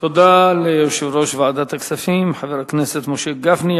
תודה ליושב-ראש ועדת הכספים חבר הכנסת משה גפני.